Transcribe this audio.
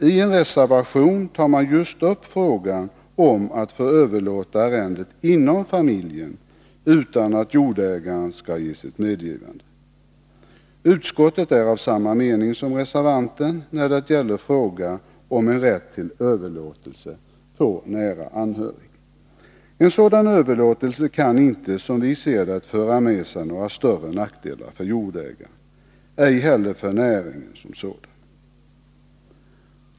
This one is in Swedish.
I en reservation tar man just upp frågan om möjlighet att överlåta arrendet inom familjen utan att jordägaren skall ge sitt medgivande. Utskottet är av samma mening som reservanten när det gäller frågan om rätt till överlåtelse på nära anhörig. En sådan överlåtelse kan inte, som vi ser det, föra med sig några större nackdelar för jordägaren, ej heller för näringen som sådan.